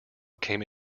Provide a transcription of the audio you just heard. came